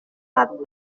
pas